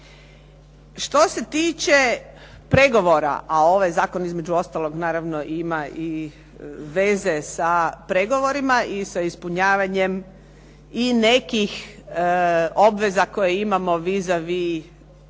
Što se tiče pregovora a ovaj zakon između ostalog naravno ima i veze sa pregovorima i sa ispunjavanjem i nekih obveza koje imamo vis a vis